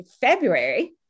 February